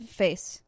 face